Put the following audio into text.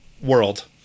world